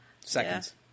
Seconds